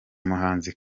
muhanzi